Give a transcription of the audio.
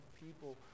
people